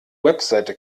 website